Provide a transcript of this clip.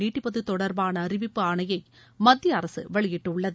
நீட்டிப்பது தொடர்பாள அறிவிப்பு ஆணையை மத்திய அரசு வெளியிட்டுள்ளது